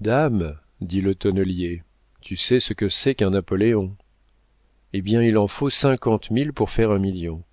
dame dit le tonnelier tu sais ce que c'est qu'un napoléon eh bien il en faut cinquante mille pour faire un million